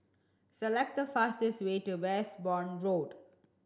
select the fastest way to Westbourne Road